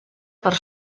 per